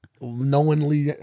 knowingly